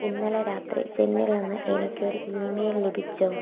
ഇന്നലെ രാത്രി ജെന്നിൽ നിന്ന് എനിക്കൊരു ഇമെയിൽ ലഭിച്ചോ